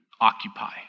occupy